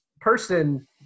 person